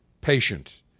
patient